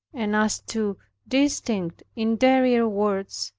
and as to distinct interior words,